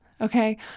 Okay